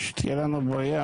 שתהיה לנו בריאה,